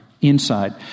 inside